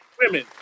women